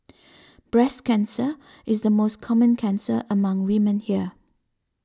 breast cancer is the most common cancer among women here